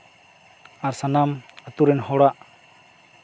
ᱟᱨ ᱥᱟᱱᱟᱢ ᱟᱛᱳ ᱨᱮᱱ ᱦᱚᱲᱟᱜ